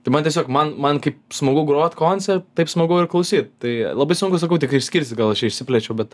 tai man tiesiog man man kaip smagu grot konce taip smagu ir klausyt tai labai sunku sakau tikrai išskirstyt gal aš čia išsiplėčiau bet